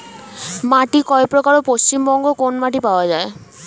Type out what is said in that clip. মাটি কয় প্রকার ও পশ্চিমবঙ্গ কোন মাটি পাওয়া য়ায়?